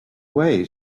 way